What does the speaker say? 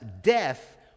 death